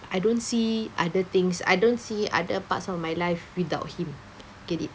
I don't see other things I don't see other parts of my life without him get it